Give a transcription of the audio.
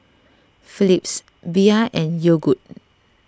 Philips Bia and Yogood